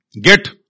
Get